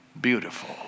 beautiful